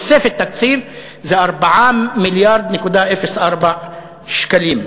תוספת התקציב, זה 4.04 מיליארד שקלים.